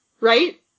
Right